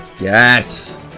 Yes